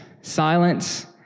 silence